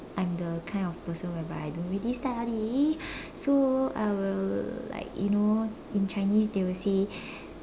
I'm the kind of person whereby I don't really study so I will like you know in Chinese they will say